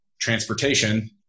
transportation